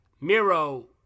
Miro